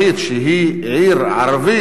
שהיא עיר ערבית,